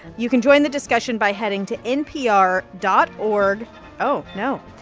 you can join the discussion by heading to npr dot org oh, no.